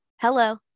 Hello